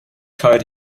card